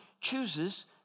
chooses